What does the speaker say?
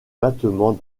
battements